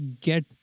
get